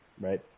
right